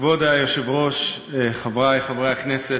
כבוד היושב-ראש, חברי חברי הכנסת,